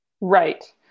Right